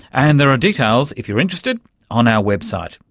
and there are details if you're interested on our website.